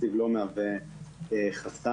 התקציב לא מהווה חסם.